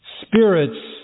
spirits